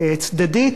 המחזה הזה,